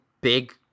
big